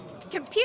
Computer